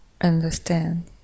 understand